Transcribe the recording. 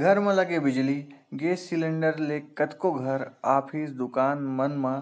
घर म लगे बिजली, गेस सिलेंडर ले कतको घर, ऑफिस, दुकान मन म